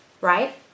right